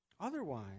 Otherwise